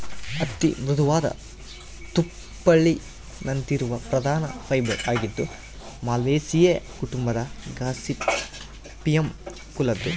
ಹತ್ತಿ ಮೃದುವಾದ ತುಪ್ಪುಳಿನಂತಿರುವ ಪ್ರಧಾನ ಫೈಬರ್ ಆಗಿದ್ದು ಮಾಲ್ವೇಸಿಯೇ ಕುಟುಂಬದ ಗಾಸಿಪಿಯಮ್ ಕುಲದ್ದು